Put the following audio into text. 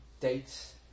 dates